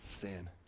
Sin